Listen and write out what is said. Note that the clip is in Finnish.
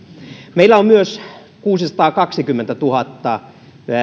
meillä on myös kuusisataakaksikymmentätuhatta